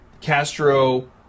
Castro